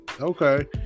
okay